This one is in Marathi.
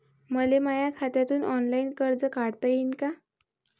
मले माया खात्यातून ऑनलाईन कर्ज काढता येईन का?